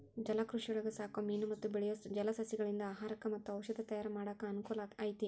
ಜಲಕೃಷಿಯೊಳಗ ಸಾಕೋ ಮೇನು ಮತ್ತ ಬೆಳಿಯೋ ಜಲಸಸಿಗಳಿಂದ ಆಹಾರಕ್ಕ್ ಮತ್ತ ಔಷದ ತಯಾರ್ ಮಾಡಾಕ ಅನಕೂಲ ಐತಿ